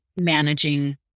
managing